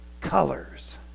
colors